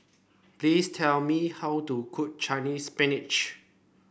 please tell me how to cook Chinese Spinach